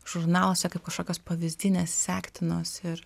žurnaluose kaip kažkokios pavyzdinės sektinos ir